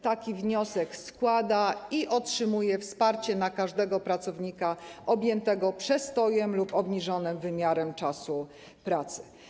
Taki wniosek składa i otrzymuje wsparcie na każdego pracownika objętego przestojem lub obniżonym wymiarem czasu pracy.